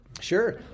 Sure